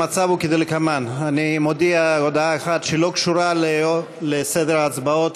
המצב הוא כדלקמן: אני מודיע הודעה אחת שלא קשורה לסדר ההצבעות,